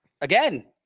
again